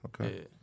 okay